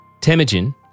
Temujin